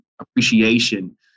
appreciation